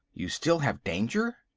you still have danger?